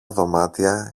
δωμάτια